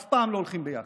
אף פעם לא הולכים ביחד.